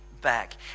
back